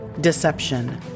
deception